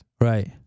Right